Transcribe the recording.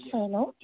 hello